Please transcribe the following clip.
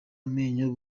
amenyo